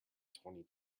twenty